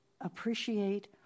appreciate